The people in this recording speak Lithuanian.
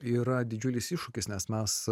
yra didžiulis iššūkis nes mes